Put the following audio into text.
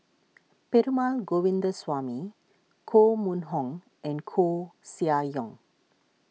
Perumal Govindaswamy Koh Mun Hong and Koeh Sia Yong